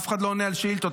אף אחד לא עונה על שאילתות.